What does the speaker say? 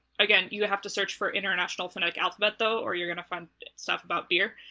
again, you have to search for international phonetic alphabet, though, or you're gonna find stuff about beer.